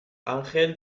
ángel